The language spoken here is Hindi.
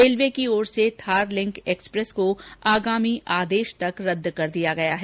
रेलवे की ओर से थार लिंक एक्सप्रेस को आगामी आदेश तक रद्द कर दिया गया है